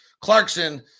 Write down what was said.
Clarkson